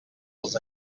als